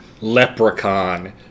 Leprechaun